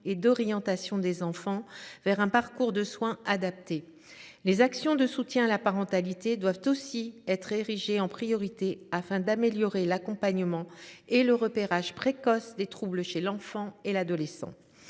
et d’orientation des enfants vers un parcours de soins adapté. Les actions de soutien à la parentalité doivent aussi être érigées en priorité, afin d’améliorer l’accompagnement et le repérage précoce des troubles chez l’enfant et l’adolescent.